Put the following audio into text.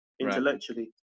intellectually